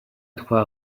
trois